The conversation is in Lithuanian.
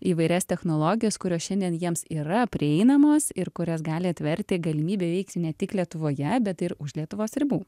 įvairias technologijas kurios šiandien jiems yra prieinamos ir kurias gali atverti galimybę veikti ne tik lietuvoje bet ir už lietuvos ribų